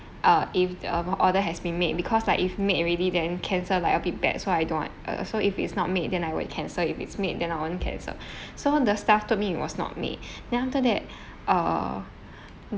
uh if the order has been made because like if made already then cancel like a bit bad so I don't want uh so if it's not made then I will cancel if it's made then I won't cancel so the staff told me it was not made then after that uh